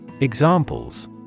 Examples